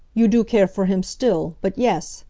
you do care for him still. but yes!